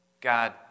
God